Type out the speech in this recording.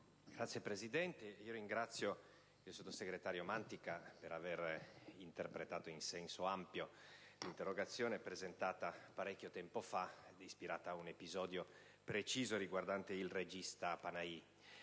Signor Presidente, ringrazio il sottosegretario Mantica per aver interpretato in senso ampio l'interrogazione, presentata parecchio tempo fa e ispirata ad un episodio preciso riguardante il regista Panahi.